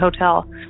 hotel